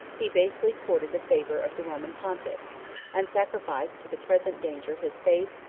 he basely courted the favor of the roman pontiff and sacrificed to the present danger his faith,